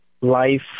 life